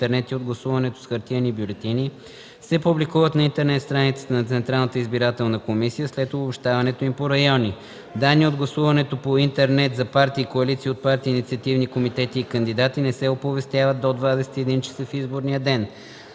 Данни от гласуването по интернет за партии, коалиции от партии, инициативни комитети и кандидати не се оповестяват до 21.00 часа в изборния ден.